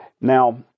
Now